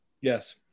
Yes